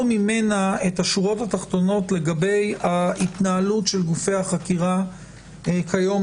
ממנה את השורות התחתונות לגבי התנהלות גופי החקירה כיום